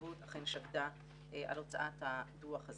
והנציבות אכן שקדה על הוצאת הדוח הזה.